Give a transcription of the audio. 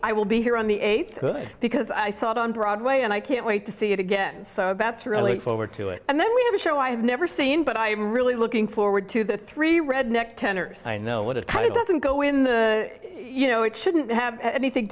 i will be here on the eighth good because i saw it on broadway and i can't wait to see it again so that's really forward to it and then we have a show i have never seen but i am really looking forward to the three redneck tenors i know what it kind of doesn't go in you know it shouldn't have anything